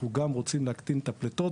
אנחנו גם רוצים להקטין את הפליטות